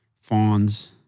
fawns